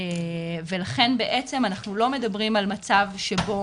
ולכן בעצם אנחנו לא מדברים על מצב שבו